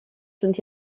sind